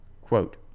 Quote